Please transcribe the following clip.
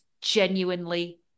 genuinely